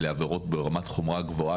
אלו עבירות ברמת חומרה גבוהה